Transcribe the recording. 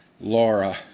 Laura